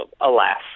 Alas